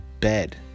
bed